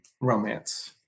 romance